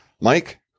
Mike